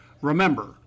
Remember